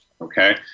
Okay